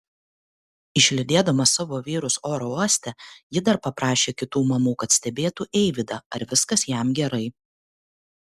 išlydėdama savo vyrus oro uoste ji dar paprašė kitų mamų kad stebėtų eivydą ar viskas jam gerai